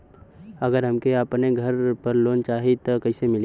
अगर हमके अपने घर पर लोंन चाहीत कईसे मिली?